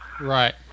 Right